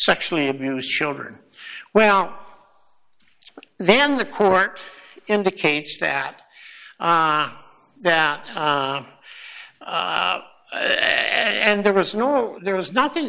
sexually abused children well then the court indicates that that and there was no there was nothing